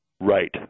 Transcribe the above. Right